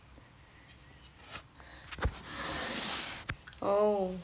oh